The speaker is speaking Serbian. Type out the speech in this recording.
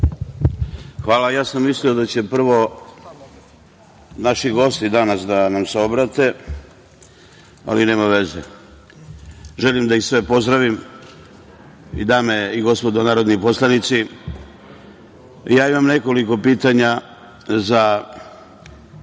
Hvala. Ja sam mislio da će prvo naši gosti danas da nam se obrate, ali nema veze. Želim da ih sve pozdravim i dame i gospodo narodni poslanici, ja imam nekoliko pitanja za